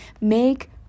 make